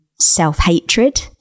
self-hatred